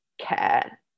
care